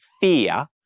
Fear